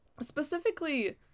Specifically